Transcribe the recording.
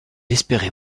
espérait